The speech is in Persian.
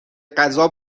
غذا